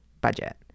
budget